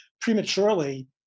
prematurely